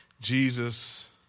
Jesus